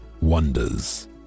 wonders